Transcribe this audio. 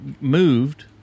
moved